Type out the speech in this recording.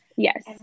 Yes